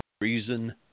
reason